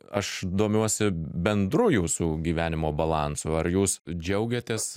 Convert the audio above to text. aš domiuosi bendru jūsų gyvenimo balansu ar jūs džiaugiatės